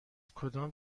کدام